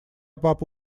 папа